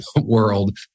world